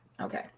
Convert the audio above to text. Okay